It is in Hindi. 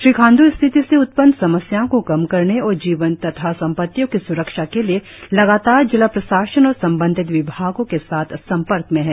श्री खाण्डू स्थिति से उत्पन्न समस्या को कम करने और जीवन तथा संपत्तियों की स्रक्षा के लिए लगातार जिला प्रशासन और संबंधित विभागों के साथ संपर्क में है